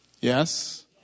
Yes